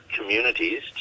communities